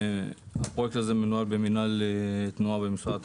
פרויקט הטכוגרף מנוהל במינהל תנועה במשרד התחבורה.